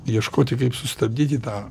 ieškoti kaip sustabdyti tą